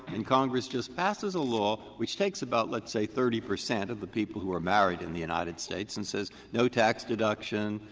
and congress just passes a law which takes about, let's say, thirty percent of the people who are married in the united states and says no tax deduction,